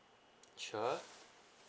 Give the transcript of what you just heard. sure